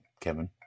Kevin